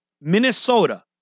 minnesota